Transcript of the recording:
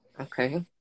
Okay